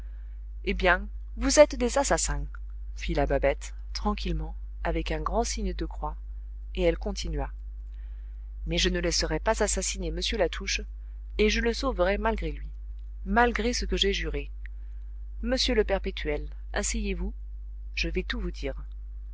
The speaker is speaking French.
eh bien vous êtes des assassins fit la babette tranquillement avec un grand signe de croix et elle continua mais je ne laisserai pas assassiner m latouche et je le sauverai malgré lui malgré ce que j'ai juré monsieur le perpétuel asseyez-vous je vais tout vous dire